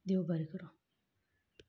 देव बरें करूं